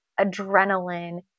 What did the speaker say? adrenaline